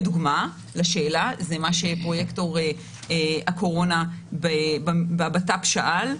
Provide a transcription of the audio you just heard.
כדוגמה לשאלה זה מה שפרויקטור הקורונה בבט"פ שאל,